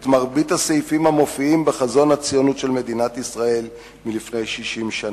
את מרבית הסעיפים המופיעים בחזון הציונות של מדינת ישראל מלפני 60 שנה: